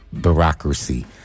bureaucracy